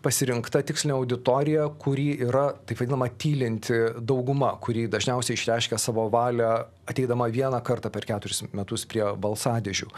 pasirinkta tikslinė auditorija kuri yra taip vadinama tylinti dauguma kuri dažniausiai išreiškia savo valią ateidama vieną kartą per keturis metus prie balsadėžių